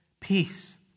peace